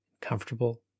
comfortable